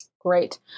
Great